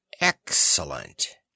Excellent